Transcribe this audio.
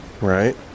right